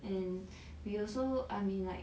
and we also I mean like